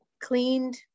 cleaned